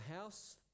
house